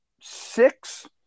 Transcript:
six